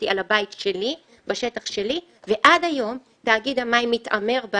לחייב את כל המפתחים ואת כל היצרנים ואת כל החברות האלה לעשות משהו.